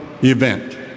event